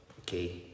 Okay